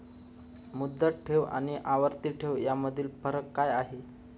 मुदत ठेव आणि आवर्ती ठेव यामधील फरक काय आहे?